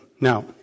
Now